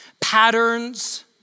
Patterns